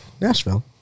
Nashville